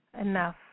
enough